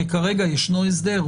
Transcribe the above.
כי כרגע יש הסדר,